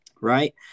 right